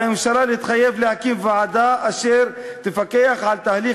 על הממשלה להתחייב להקים ועדה אשר תפקח על תהליך